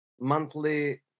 monthly